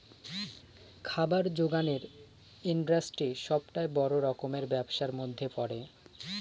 খাবার জোগানের ইন্ডাস্ট্রি সবটাই বড় রকমের ব্যবসার মধ্যে পড়ে